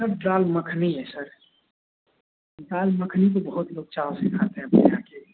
sir dal makhani है sir dal makhani को बहुत लोग चाव से खाते हैं अपने यहाँ के